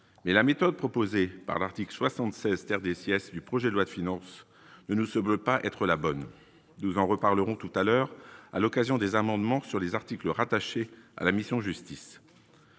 mais la méthode proposée par l'article 76, terre des sièges du projet de loi de finances ne ne se veut pas être la bonne, nous en reparlerons tout à l'heure à l'occasion des amendements sur les articles rattachés à la mission Justice